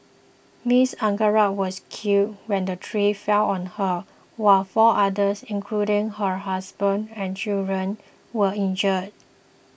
Miss Angara was killed when the tree fell on her while four others including her husband and children were injured